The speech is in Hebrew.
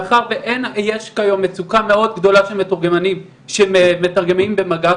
מאחר ויש כיום מצוקה מאוד גדולה של מתורגמנים שמתרגמים במגע,